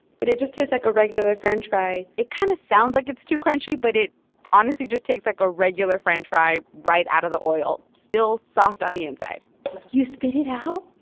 but it just tastes like a regular french fry it kind of sounds like it's too crunchy, but it honestly just tastes like a regular french fry right out of the oil, still soft on the inside you spit it out.